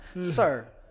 sir